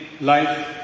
life